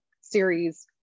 series